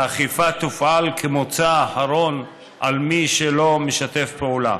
והאכיפה תופעל כמוצא אחרון על מי שלא ישתף פעולה.